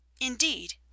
indeed